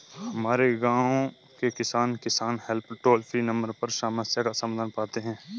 हमारे गांव के किसान, किसान हेल्प टोल फ्री नंबर पर समस्या का समाधान पाते हैं